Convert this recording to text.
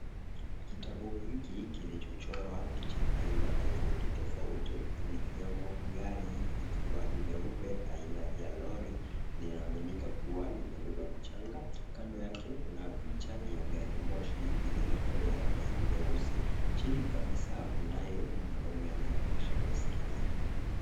Kitabu hiki kilichochorwa picha aina tofauti tofauti likiwemo gari likiwa leupe aina ya lori linaaminika kuwa limebeba mchanga. Kando yake kuna picha ya gari moshi lililoko la rangi nyeusi. Chini kabisa kunaye mwanaume anayeendesha baiskeli.